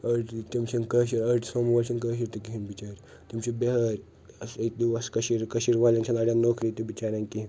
أڑۍ تِم چھِنہٕ کٲشِرۍ أڑۍ سوموٗ وٲلۍ چھِنہٕ کٲشِرۍ تہِ کہیٖنۍ بچٲرۍ تِم چھِ بہٲرۍ آچھا ییٚتہِ نیٛو اسہِ کشیٖرِ والیٚن چھَنہٕ اڑیٚن نوکری تہِ بچاریٚن کہیٖنۍ